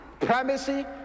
primacy